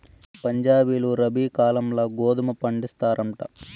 పంజాబీలు రబీ కాలంల గోధుమ పండిస్తారంట